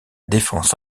défense